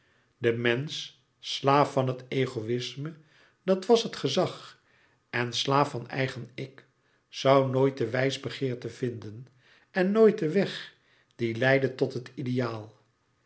de mensch slaaf van het egoïsme dat was het gezag en slaaf van eigen ik zoû nooit de louis couperus metamorfoze wijsbegeerte vinden en nooit den weg die leidde tot het ideaal